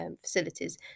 facilities